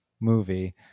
movie